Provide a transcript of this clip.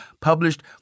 published